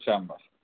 شاباش